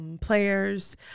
Players